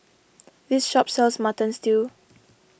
this shop sells Mutton Stew